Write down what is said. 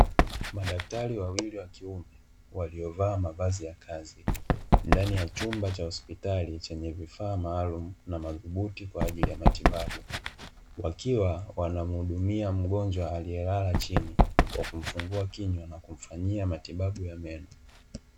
Madaktari wawili wakiume waliovaa mavazi ya kazi ndani ya chumba cha hospitali chenye vifaa maalumu na madhubuti kwa ajili ya matibabu, wakiwa wanamhudumia mgonjwa aliyelala chini kwa kumfungua kinywa na kumfanyia matibabu ya meno.